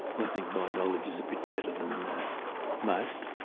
i think my knowledge is a bit better than most,